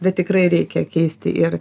bet tikrai reikia keisti ir